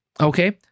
Okay